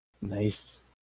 Nice